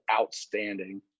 outstanding